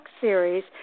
Series